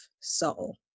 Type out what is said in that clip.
soul